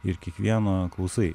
ir kiekvieno klausai